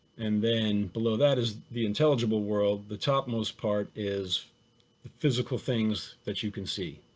and then below that is the intelligible world. the top most part is the physical things that you can see,